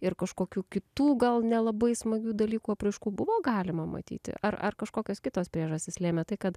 ir kažkokių kitų gal nelabai smagių dalykų apraiškų buvo galima matyti ar ar kažkokios kitos priežastys lėmė tai kad